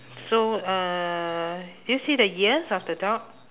so uh do you see the ears of the dog